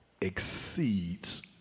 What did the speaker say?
exceeds